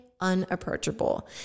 unapproachable